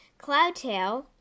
Cloudtail